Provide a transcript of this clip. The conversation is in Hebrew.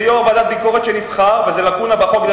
זה יושב-ראש ועדת ביקורת שנבחר, וזאת לקונה בחוק.